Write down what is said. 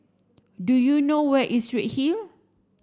do you know where is Redhill